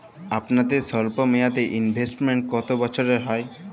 আপনাদের স্বল্পমেয়াদে ইনভেস্টমেন্ট কতো বছরের হয়?